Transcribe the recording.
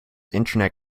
internet